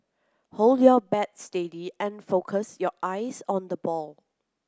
hold your bat steady and focus your eyes on the ball